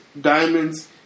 diamonds